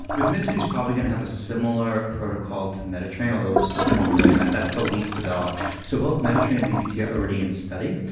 rhythmicity's probably going to have a similar protocol to meta train, although we're still formulating that. that's the least developed. so both meta train and bbt are already in study.